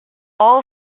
all